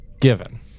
given